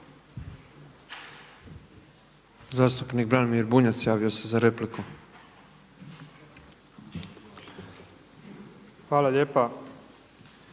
Zastupnik Branimir Bunjac javio se za repliku. **Bunjac,